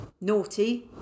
Naughty